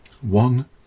one